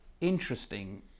interesting